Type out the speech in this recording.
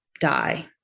die